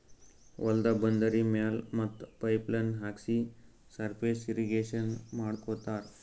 ಹೊಲ್ದ ಬಂದರಿ ಮ್ಯಾಲ್ ಮತ್ತ್ ಪೈಪ್ ಲೈನ್ ಹಾಕ್ಸಿ ಸರ್ಫೇಸ್ ಇರ್ರೀಗೇಷನ್ ಮಾಡ್ಕೋತ್ತಾರ್